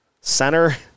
center